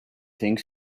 think